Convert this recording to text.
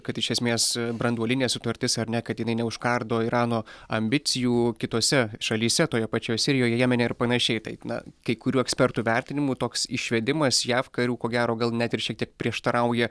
kad iš esmės branduolinė sutartis ar ne kad jinai neužkardo irano ambicijų kitose šalyse toje pačioje sirijoje jemene ir panašiai taip na kai kurių ekspertų vertinimu toks išvedimas jav karių ko gero gal net ir šiek tiek prieštarauja